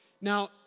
Now